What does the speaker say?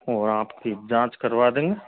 वहाँ आपकी जाँच करवा देंगे